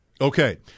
Okay